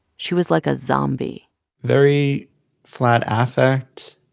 she was like a zombie very flat affect,